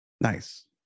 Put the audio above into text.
Nice